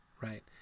right